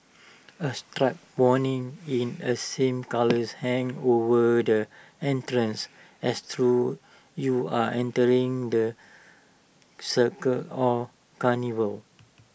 A striped warning in A same colours hang over the entrance as through you are entering the circa or carnival